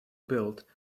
built